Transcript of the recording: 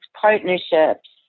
partnerships